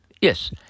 Yes